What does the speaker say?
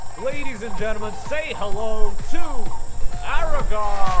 ladies and gentlemen, say hello to ah aragog